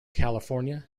california